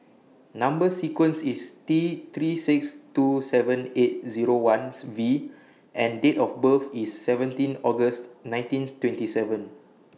Number sequence IS T three six two seven eight Zero Ones V and Date of birth IS seventeen August nineteen twenty seven